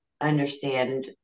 understand